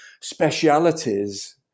specialities